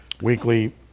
weekly